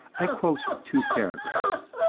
i quote two paragraphs